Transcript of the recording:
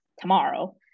tomorrow